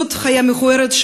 זאת חיה מכוערת,